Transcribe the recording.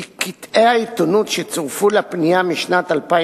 כי קטעי העיתונות שצורפו לפנייה משנת 2008